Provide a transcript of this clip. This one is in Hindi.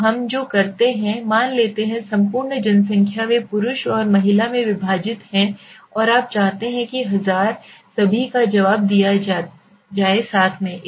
तो हम जो करते हैं मान लेते हैं संपूर्ण जनसंख्या वे पुरुष और महिला में विभाजित हैं और आप चाहते हैं कि 1000 सभी का जवाब दिया जाए साथ में